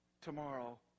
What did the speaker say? tomorrow